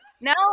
no